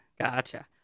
gotcha